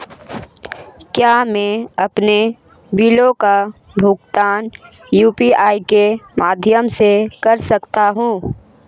क्या मैं अपने बिलों का भुगतान यू.पी.आई के माध्यम से कर सकता हूँ?